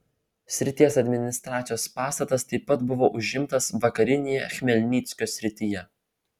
srities administracijos pastatas taip pat buvo užimtas vakarinėje chmelnyckio srityje